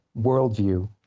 worldview